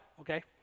Okay